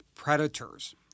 predators